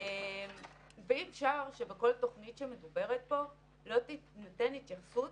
ואי אפשר שבכל תוכנית שמדוברת פה לא תינתן התייחסות